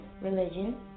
religion